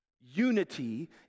unity